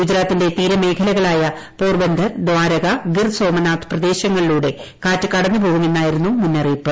ഗുജറാത്തിന്റെ തീരമേഖലകളായ പോർബന്ധർ ദാരക് ഗ്നീർ സോമനാഥ് പ്രദേശങ്ങളിലൂടെ കാറ്റ് കടന്നുപോക്ട്ട്ട്മെന്നായിരുന്നു മുന്നറിയിപ്പ്